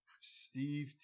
Steve